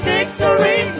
Victory